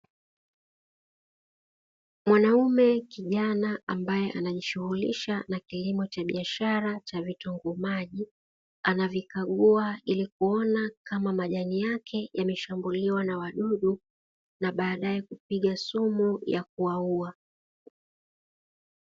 Mwanaume kijana ambaye anajishughulisha na kilimo cha biashara cha vitunguu maji anavikagua ili kuona kama majani yake yameshambuliwa na wadudu na baadae kupiga sumu, ya kuwaua.